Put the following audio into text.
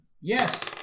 Yes